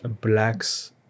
Blacks